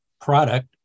product